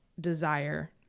desire